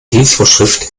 dienstvorschrift